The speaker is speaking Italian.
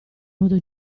modo